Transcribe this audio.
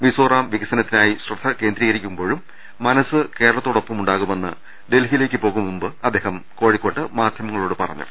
മിസോറം വികസനത്തിനായി ശ്രദ്ധ കേന്ദ്രീകരിക്കുമ്പോഴും മനസ്സ് കേരളത്തോടൊപ്പമുണ്ടാവുമെന്ന് ഡൽഹിയിലേക്ക് പോകുംമുമ്പ് അദ്ദേഹം കോഴിക്കോട്ട് മാധ്യമങ്ങളോട് പറഞ്ഞു